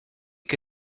che